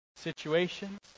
Situations